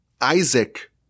Isaac